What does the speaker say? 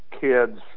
kids